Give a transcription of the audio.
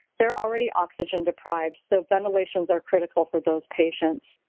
they are already oxygen deprived so ventilations are critical for those patients.